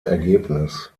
ergebnis